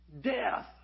death